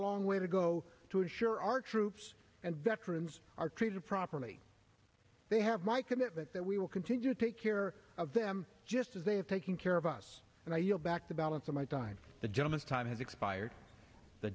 long way to go to ensure our troops and veterans are treated properly they have my commitment that we will continue to take care just as they are taking care of us and i yield back the balance of my time the gentleman's time has expired the